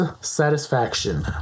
Satisfaction